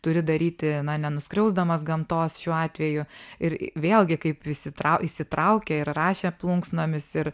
turi daryti na nenuskriausdamas gamtos šiuo atveju ir vėlgi kaip įsitrau įsitraukė ir rašė plunksnomis ir